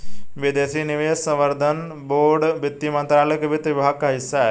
विदेशी निवेश संवर्धन बोर्ड वित्त मंत्रालय के वित्त विभाग का हिस्सा है